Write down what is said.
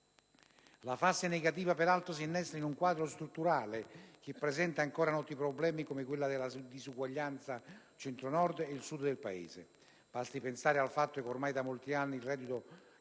La fase negativa, peraltro, si innesta in un quadro strutturale che presenta ancora noti problemi, come quello della disuguaglianza tra il Centro Nord ed il Sud del Paese (basti pensare al fatto che, ormai da molti anni, il reddito